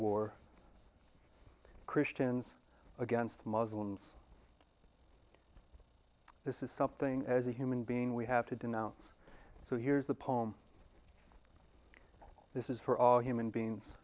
war christians against muslims this is something as a human being we have to denounce so here's the poem this is for all human beings